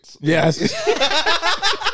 Yes